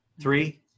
Three